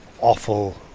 awful